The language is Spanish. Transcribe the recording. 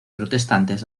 protestantes